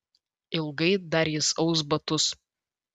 ilgai dar jis aus batus